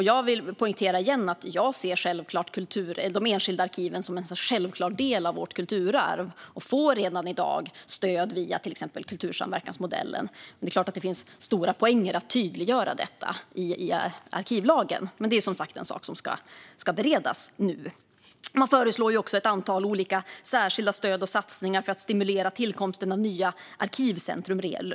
Jag vill poängtera igen att jag ser de enskilda arkiven som en självklar del av vårt kulturarv. De får redan i dag stöd via till exempel kultursamverkansmodellen. Men det finns såklart stora poänger med att tydliggöra detta i arkivlagen. Men det ska som sagt beredas nu. Man föreslår också ett antal särskilda stöd och satsningar för att stimulera tillkomsten av nya arkivcentrum.